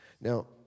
Now